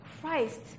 Christ